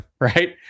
right